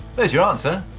there's your answer.